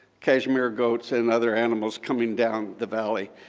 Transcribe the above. cashmere goats and other animals coming down the valley.